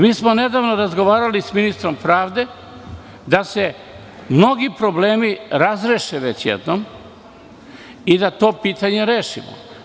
Mi smo nedavno razgovarali sa ministrom pravde da se mnogi problemi razreše već jednom i da to pitanje rešimo.